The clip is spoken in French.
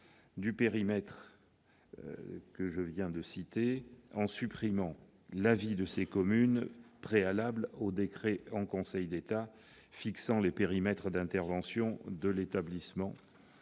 du périmètre que je viens de citer, en supprimant l'avis de ces communes préalable au décret en Conseil d'État fixant les périmètres d'intervention de l'établissement